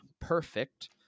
perfect